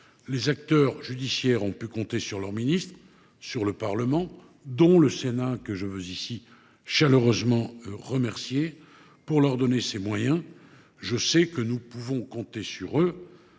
Les acteurs judiciaires ont pu compter sur leur ministre et sur le Parlement, notamment sur le Sénat, que je remercie chaleureusement, pour leur donner ces moyens. Je sais que nous pouvons compter sur eux